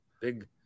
big